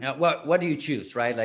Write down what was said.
what what do you choose, right? like,